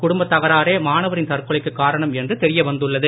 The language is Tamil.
குடும்பத் தகராறே மாணவரின் தற்கொலைக்கு காரணம் என்றும் தெரியவந்துள்ளது